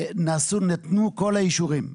ונתנו את כל האישורים.